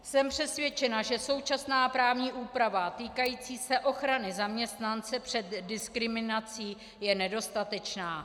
Jsem přesvědčena, že současná právní úprava týkající se ochrany zaměstnance před diskriminací je nedostatečná.